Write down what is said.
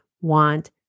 want